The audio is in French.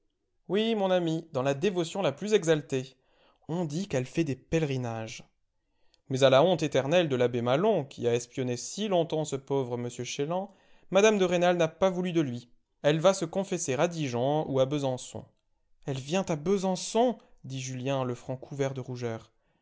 oui mon ami dans la dévotion la plus exaltée on dit qu'elle fait des pèlerinages mais à la honte éternelle de l'abbé maslon qui a espionné si longtemps ce pauvre m chélan mme de rênal n'a pas voulu de lui elle va se confesser à dijon ou à besançon elle vient à besançon dit julien le front couvert de rougeur